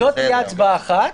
זאת תהיה הצבעה אחת.